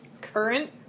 Current